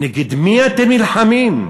נגד מי אתם נלחמים?